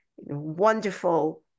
wonderful